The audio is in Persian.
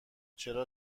چرا